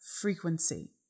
frequency